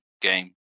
game